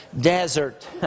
desert